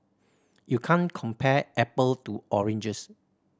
you can't compare apple to oranges